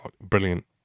Brilliant